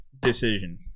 decision